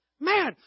Man